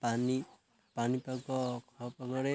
ପାଣି ପାଣିପାଗ ପାଗରେ